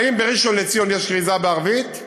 האם בראשון-לציון יש כריזה בערבית?